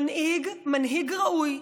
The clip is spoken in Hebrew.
מנהיג ראוי,